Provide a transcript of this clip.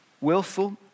willful